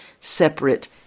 separate